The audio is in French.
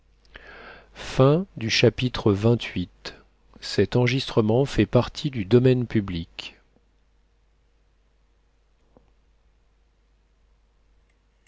une partie du